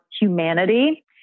Humanity